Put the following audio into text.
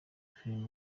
filime